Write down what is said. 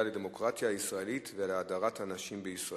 לדמוקרטיה הישראלית ולהדרת הנשים בישראל,